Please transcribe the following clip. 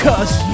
Cause